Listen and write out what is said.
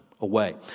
away